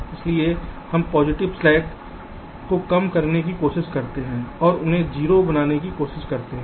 इसलिए हम positive slacks को कम करने की कोशिश करते हैं और उन्हें 0 बनाने की कोशिश करते हैं